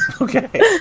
Okay